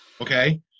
okay